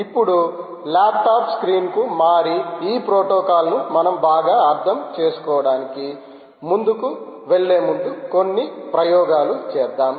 ఇప్పుడు ల్యాప్టాప్ స్క్రీన్కు మారి ఈ ప్రోటోకాల్ ను మనం బాగా అర్థం చేసుకోవడానికి ముందుకు వెళ్లే ముందు కొన్ని ప్రయోగాలు చేద్దాం